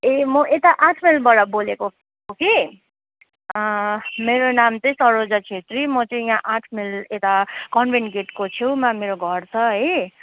ए म यता आठ माइलबाट बोलेको कि मेरो नाम चाहिँ सरोजा छेत्री म चाहिँ यहाँ आठ माइल यता कन्भेन्ट गेटको छेउमा मेरो घर छ है